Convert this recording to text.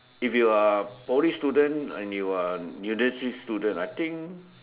if you're Poly student and you're university student I think